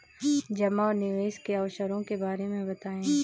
जमा और निवेश के अवसरों के बारे में बताएँ?